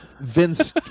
Vince